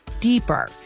deeper